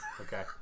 Okay